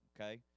okay